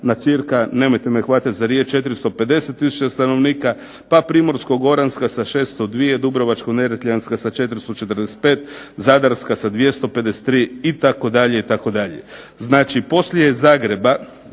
na cirka, nemojte me hvatati za riječ, 450 tisuća stanovnika, pa Primorsko-goranska sa 602, Dubrovačko-neretvanska sa 445, Zadarska sa 253, itd.,